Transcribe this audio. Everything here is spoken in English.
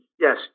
Yes